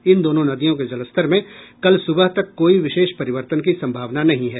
इन दोनों नदियों के जलस्तर में कल सुबह तक कोई विशेष परिवर्तन की संभावना नहीं है